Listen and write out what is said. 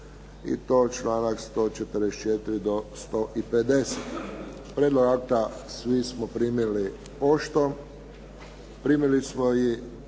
i to članak 144. do 150. Prijedlog akta svi smo primili poštom. Primili smo i